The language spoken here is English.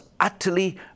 utterly